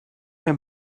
mir